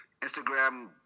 Instagram